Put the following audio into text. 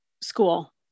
school